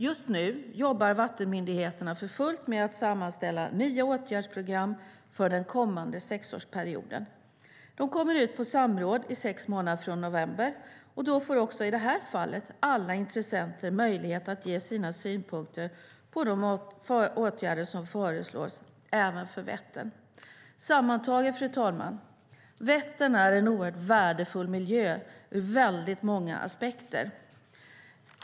Just nu jobbar vattenmyndigheterna för fullt med att sammanställa nya åtgärdsprogram för den kommande sexårsperioden. De kommer ut på samråd i sex månader från november. Då får också i det här fallet alla intressenter möjlighet att ge sina synpunkter på de åtgärder som föreslås, även för Vättern. Sammantaget, fru talman, är Vättern en oerhört värdefull miljö ur väldigt många aspekter.